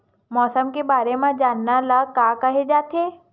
मौसम के बारे म जानना ल का कहे जाथे?